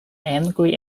angry